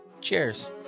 cheers